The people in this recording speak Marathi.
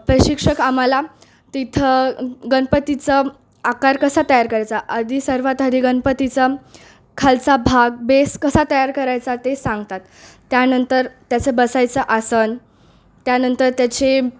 प्रशिक्षक आम्हाला तिथं गणपतीचं आकार कसा तयार करायचा आधी सर्वात आधी गणपतीचा खालचा भाग बेस कसा तयार करायचा ते सांगतात त्यानंतर त्याचं बसायचं आसन त्यानंतर त्याचे